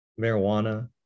marijuana